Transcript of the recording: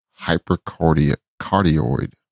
hypercardioid